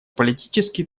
политически